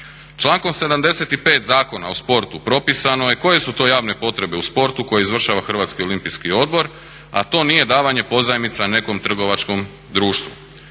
Člankom 75 Zakona o sportu propisano je koje su to javne potrebe u sportu koje izvršava Hrvatski olimpijski odbor a to nije davanje pozajmica nekom trgovačkom društvu.